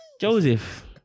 Joseph